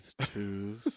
Two